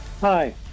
Hi